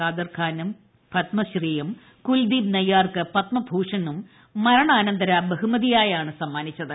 കാാദർ ഖാന് പത്മശ്രീയും കുൽദീപ് നയ്യാർക്ക് പത്മഭൂഷണും മരണാനന്തര ബഹുമതിയായാണ് സമ്മാനിച്ചത്